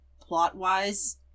plot-wise